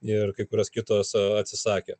ir kai kurios kitos atsisakė